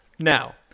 Now